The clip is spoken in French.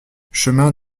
chemin